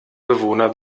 bewohner